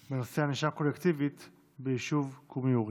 בנושא: ענישה קולקטיבית ביישוב קומי אורי.